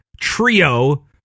trio